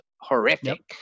horrific